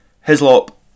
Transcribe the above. Hislop